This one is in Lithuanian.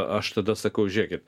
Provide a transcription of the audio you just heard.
aš tada sakau žiūrėkit